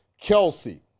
Kelsey